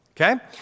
Okay